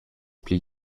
pli